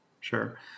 sure